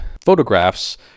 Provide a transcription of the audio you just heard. photographs